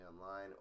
online